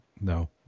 No